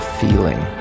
feeling